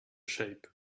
shape